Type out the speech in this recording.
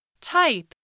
Type